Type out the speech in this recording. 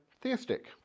theistic